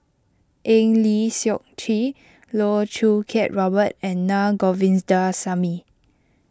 Eng Lee Seok Chee Loh Choo Kiat Robert and Na Govindasamy